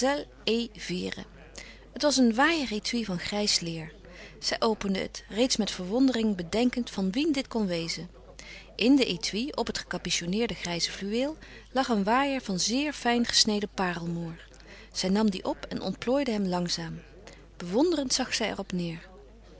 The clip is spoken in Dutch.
vere het was een waaier étui van grijs leer zij opende het reeds met verwondering bedenkend van wien dit kon wezen in den étui op het gecapitoneerde grijze fluweel lag een waaier van zeer fijn gesneden parelmoêr zij nam dien op en ontplooide hem langzaam bewonderend zag zij er op neêr